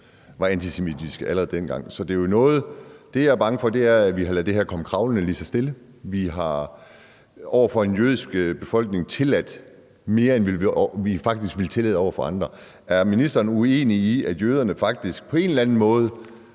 var antisemitiske. Så det, jeg er bange for, er, at vi har ladet det her komme kravlende lige så stille, og at vi faktisk over for en jødisk befolkning har tilladt mere, end vi ville tillade over for andre. Er ministeren uenig i, at jøderne faktisk på en eller anden måde